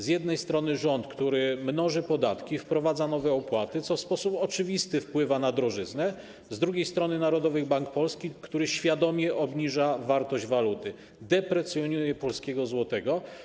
Z jednej strony rząd mnoży podatki, wprowadza nowe opłaty, co w oczywisty sposób wpływa na drożyznę, z drugiej strony Narodowy Bank Polski świadomie obniża wartość waluty, deprecjonuje polskiego złotego.